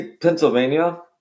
Pennsylvania